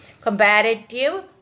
Comparative